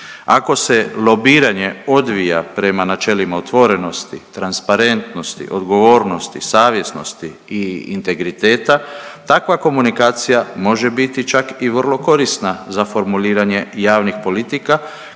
Ako se lobiranje odvija prema načelima otvorenosti, transparentnosti, odgovornosti, savjesnosti i integriteta, takva komunikacija može biti čak i vrlo korisna za formuliranje javnih politika,